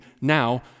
now